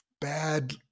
bad